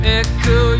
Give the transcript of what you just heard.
echo